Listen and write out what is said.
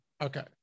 Okay